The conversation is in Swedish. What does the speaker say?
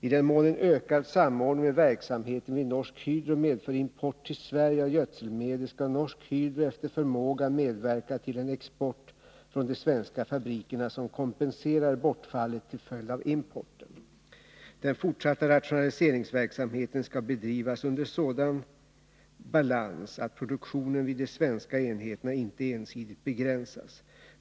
I den mån en ökad sambrdning med verksamheten vid Norsk Hydro medför import till Sverige av gödselmedel, skall Norsk Hydro efter förmåga medverka till en export från de svenska fabrikerna som kompenserar bortfallet till följd av importen. Den fortsatta rationaliserings Nr 38 verksamheten skall bedrivas under sådan balans att produktionen vid de svenska enheterna inte ensidigt begränsas.